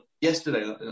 yesterday